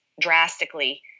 drastically